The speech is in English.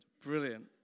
brilliant